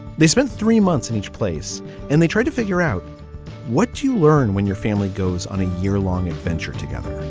they spent three months in each place and they tried to figure out what you learn when your family goes on a yearlong adventure together